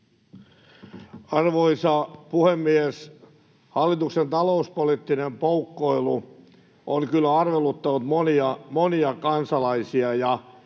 Arvoisa puhemies! Hallituksen talouspoliittinen poukkoilu on kyllä arveluttanut monia kansalaisia,